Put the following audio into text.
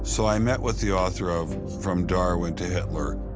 so i met with the author of from darwin to hitler,